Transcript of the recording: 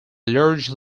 large